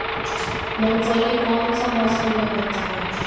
मूंगफली कौन सा मौसम में होते हैं?